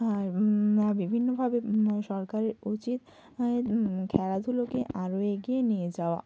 আর বিভিন্নভাবে সরকারের উচিত খেলাধুলোকে আরও এগিয়ে নিয়ে যাওয়া